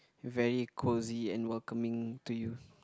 very cosy and welcoming to you